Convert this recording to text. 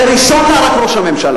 וראשון לה רק ראש הממשלה.